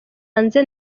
hanze